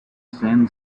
san